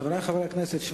חברי חברי הכנסת,